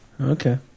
Okay